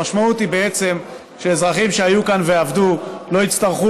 המשמעות היא בעצם שאזרחים שהיו כאן ועבדו לא יצטרכו